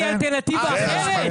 כי אין לי אלטרנטיבה אחרת.